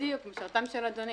בדיוק, משרתם של אדונים.